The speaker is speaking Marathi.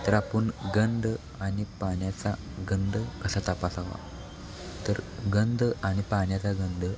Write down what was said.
तर आपण गंध आणि पाण्याचा गंध कसा तापासावा तर गंध आणि पाण्याचा गंध